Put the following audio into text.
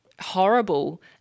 horrible